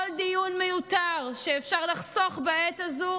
כל דיון מיותר שאפשר לחסוך בעת הזו